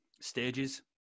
stages